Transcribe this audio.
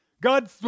God